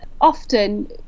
Often